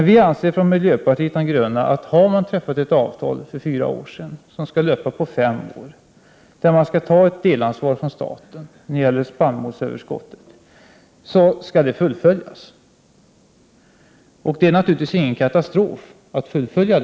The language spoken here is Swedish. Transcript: Vi från miljöpartiet de gröna anser att om man har träffat ett avtal för fyra år sedan som skall löpa under fem år om att staten skall ta ett delansvar när det gäller spannmålsöverskottet skall detta avtal fullföljas. Det innebär naturligtvis inte någon katastrof att det fullföljs.